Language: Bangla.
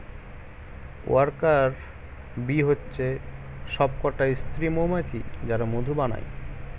ওয়ার্কার বী হচ্ছে সবকটা স্ত্রী মৌমাছি যারা মধু বানায়